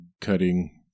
cutting